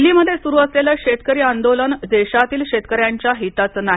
दिल्लीमध्ये सुरू असलेलं शेतकरी आंदोलन देशातील शेतकऱ्यांच्या हिताचं नाही